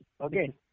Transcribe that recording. Okay